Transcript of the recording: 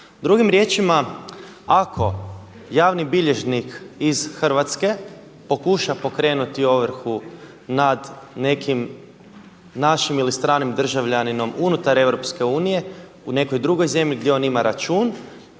Drugim riječima, ako javni bilježnik iz Hrvatske pokuša pokrenuti ovrhu nad nekim našim ili stranim državljaninom unutar EU u nekoj drugoj zemlji gdje on ima račun.